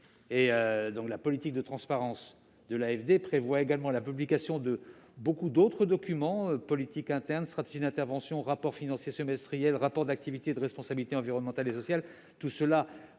(IITA). La politique de transparence de l'AFD prévoit également la publication d'un grand nombre de documents : politiques internes, stratégies d'intervention, rapports financiers semestriels, rapports d'activité et de responsabilité environnementale et sociale, et comptes